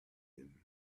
him